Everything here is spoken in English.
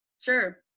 sure